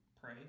pray